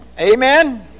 Amen